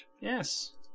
Yes